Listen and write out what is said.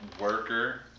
worker